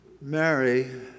Mary